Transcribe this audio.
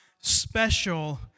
special